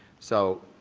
so,